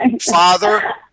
Father